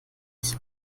sich